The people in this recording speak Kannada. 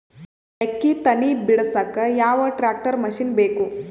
ಮೆಕ್ಕಿ ತನಿ ಬಿಡಸಕ್ ಯಾವ ಟ್ರ್ಯಾಕ್ಟರ್ ಮಶಿನ ಬೇಕು?